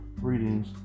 readings